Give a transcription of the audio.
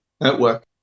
network